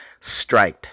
striked